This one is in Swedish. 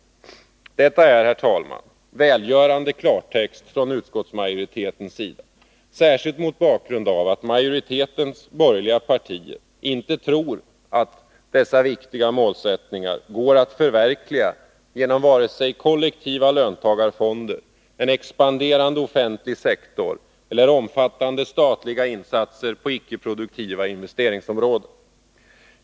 Detta är, herr talman, välgörande klartext från utskottsmajoritetens sida, särskilt mot bakgrund av att utskottsmajoritetens borgerliga partier inte tror att dessa viktiga målsättningar går att förverkliga genom vare sig kollektiva löntagarfonder, en expanderande offentlig sektor eller omfattande statliga insatser på icke produktiva investeringsområden.